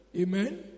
Amen